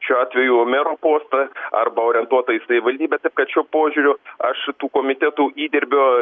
šiuo atveju mero postą arba orientuota į savivaldybę taip kad šiuo požiūriu aš tų komitetų įdirbio